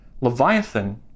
Leviathan